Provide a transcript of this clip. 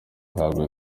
guhabwa